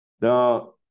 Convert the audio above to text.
Now